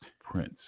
Prince